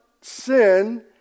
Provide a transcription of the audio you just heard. sin